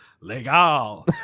legal